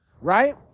Right